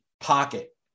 pocket